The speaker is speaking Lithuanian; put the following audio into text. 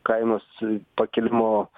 kainos pakėlimo